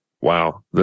Wow